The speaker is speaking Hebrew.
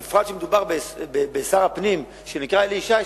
במיוחד אם מדובר בשר הפנים שנקרא אלי ישי,